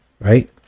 right